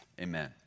amen